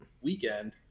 weekend